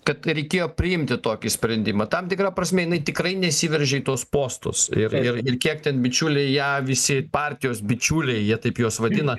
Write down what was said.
kad reikėjo priimti tokį sprendimą tam tikra prasme jinai tikrai nesiveržė į tuos postus ir ir ir kiek ten bičiuliai ją visi partijos bičiuliai jie taip juos vadina